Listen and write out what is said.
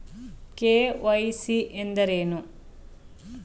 KYC ಎಂದರೇನು?